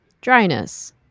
dryness